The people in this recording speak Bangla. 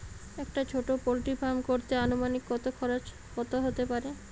একটা ছোটো পোল্ট্রি ফার্ম করতে আনুমানিক কত খরচ কত হতে পারে?